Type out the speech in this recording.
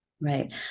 Right